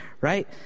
right